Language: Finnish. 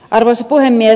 arvoisa puhemies